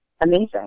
amazing